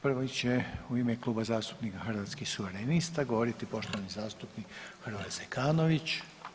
Prvi će u ime Kluba zastupnika Hrvatskih suverenista govoriti poštovani zastupnik Hrvoje Zekanović.